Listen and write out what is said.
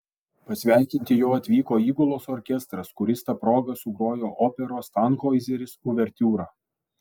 pasveikinti jo atvyko įgulos orkestras kuris ta proga sugrojo operos tanhoizeris uvertiūrą